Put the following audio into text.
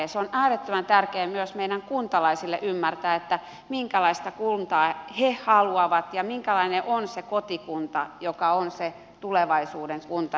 myös kuntalaisten on äärettömän tärkeää ymmärtää minkälaista kuntaa he haluavat ja minkälainen on se kotikunta joka on se tulevaisuuden kunta